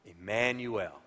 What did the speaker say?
Emmanuel